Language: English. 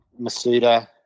Masuda